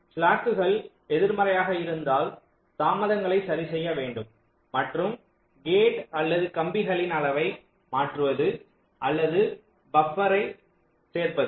ஸ்லாக்குகள் எதிர்மறையாக இருந்தால் தாமதங்களையும் சிலவற்றையும் சரிசெய்ய வேண்டும் மற்றும் கேட் அல்லது கம்பிகளின் அளவை மாற்றுவது அல்லது பபர்களை சேர்ப்பது